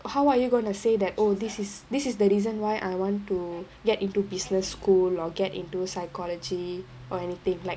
how are you going to say that oh this is this is the reason why I want to get into business school or get into psychology or anything like